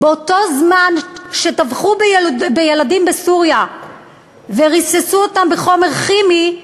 באותו זמן שטבחו בילדים בסוריה וריססו אותם בחומר כימי,